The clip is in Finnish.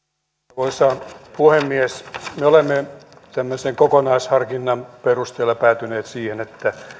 arvoisa puhemies me olemme tämmöisen kokonaisharkinnan perusteella päätyneet siihen että